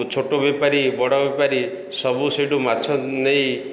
ଛୋଟ ବେପାରୀ ବଡ଼ ବେପାରୀ ସବୁ ସେଇଠୁ ମାଛ ନେଇ